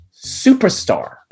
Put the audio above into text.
superstar